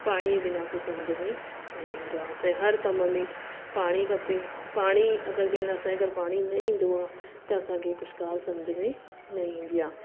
पाणी जे बिना कुझु सम्झि में ई न ईंदो आहे असांजे हर कम में पाणी खपे पाणी अगरि कंहिं महिल असांजे घरु पाणी न ईंदो आहे त असांखे कुझु ॻाल्हि सम्झि में न ईंदी आहे